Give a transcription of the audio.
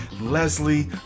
leslie